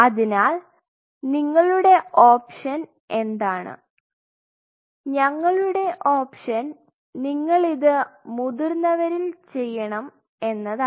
അതിനാൽ നിങ്ങളുടെ ഓപ്ഷൻ എന്താണ് ഞങ്ങളുടെ ഓപ്ഷൻ നിങ്ങൾ ഇത് മുതിർന്നവരിൽ ചെയ്യണം എന്നാണ്